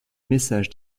messages